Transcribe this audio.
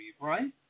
right